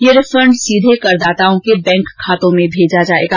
यह रिफंड सीधे करदाताओं के बैंक खातों में भेजा जायेगा